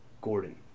Gordon